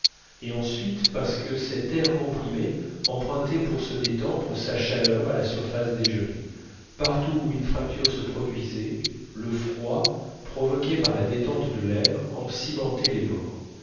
et ensuite parce que cet air comprimé empruntait pour se détendre sa chaleur à la surface dégelée partout où une fracture se produisait le froid provoqué par la détente de l'air en cimentait les bords